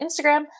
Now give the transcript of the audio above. Instagram